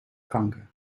kanker